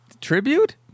tribute